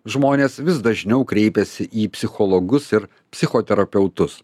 žmonės vis dažniau kreipiasi į psichologus ir psichoterapeutus